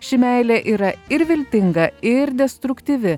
ši meilė yra ir viltinga ir destruktyvi